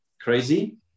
crazy